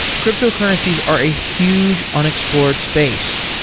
cryptocurrency are a huge unexplored space.